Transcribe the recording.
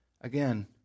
Again